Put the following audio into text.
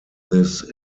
this